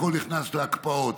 הכול נכנס להקפאות,